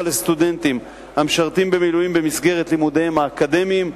לסטודנטים המשרתים במילואים במסגרת לימודיהם האקדמיים,